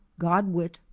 godwit